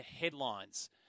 headlines